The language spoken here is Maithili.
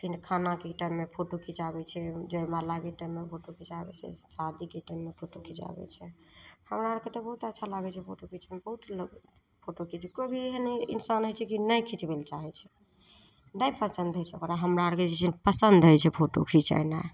फेर खानाके टाइममे फोटो खिचाबै छै जयमालाके टाइममे फोटो खिचाबै छै फेर शादीके टाइममे फोटो खिचाबै छै हमरा आओरके तऽ बहुत अच्छा लागै छै फोटो खिचबैमे बहुत लोक फोटो खिचबै कभी एहन इन्सान होइ छै कि नहि खिचबै ले चाहै छै नहि पसन्द होइ छै पर हमरा आओरके जे छै पसन्द होइ छै फोटो खिचेनाइ